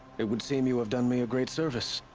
it would seem you have done me a great service!